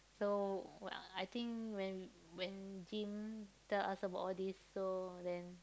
so uh I think when when Jim tell us about all this so when